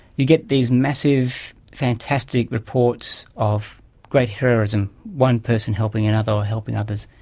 you get these massive fantastic reports of great heroism, one person helping another or helping others.